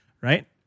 right